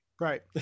Right